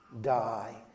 die